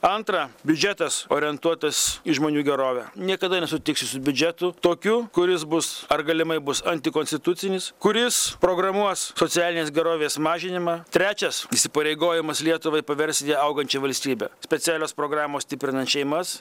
antra biudžetas orientuotas į žmonių gerovę niekada nesutiksiu su biudžetu tokiu kuris bus ar galimai bus antikonstitucinis kuris programuos socialinės gerovės mažinimą trečias įsipareigojimas lietuvai paversti augančia valstybe specialios programos stiprinant šeimas